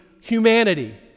humanity